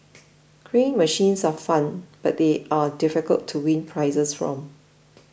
crane machines are fun but they are difficult to win prizes from